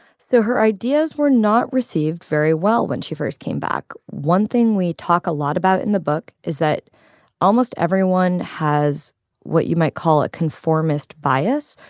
so her ideas were not received very well when she first came back. one thing we talk a lot about in the book is that almost everyone has what you might call a conformist bias.